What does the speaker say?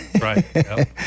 right